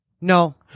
No